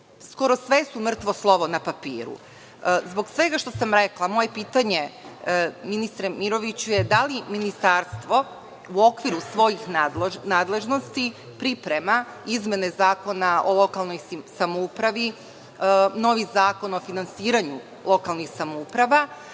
Skoro sve su mrtvo slovo na papiru. Zbog svega što sam rekla, moje pitanje, ministre Miroviću – da li ministarstvo u okviru svojih nadležnosti priprema izmene Zakona o lokalnoj samoupravi? Novi Zakon o finansiranju lokalnih samouprava